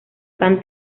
khan